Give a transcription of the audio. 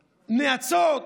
נאצות.